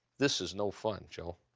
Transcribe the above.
this is no fun, joe.